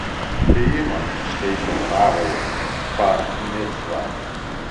tai ji man užtaisė savąją bar micvą